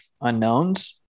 unknowns